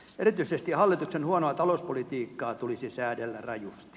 erityisesti hallituksen huonoa talouspolitiikkaa tulisi säädellä rajusti